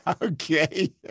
Okay